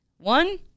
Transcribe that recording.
one